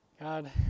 God